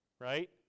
right